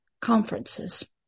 conferences